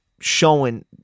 showing